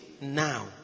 now